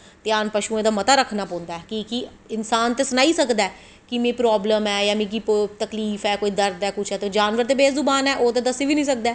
ध्यान पशुएं दा मता रक्खनां पौंदी ऐ कि के इंसान ते सनाई सकदा ऐ कि मीं प्रावलम ऐं दजां तकलीफ ऐ कोई दर्द ऐ ते जानवर ते बेजुवान ऐ ओह्ते दस्सी बी नी सकदा ऐ